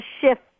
shift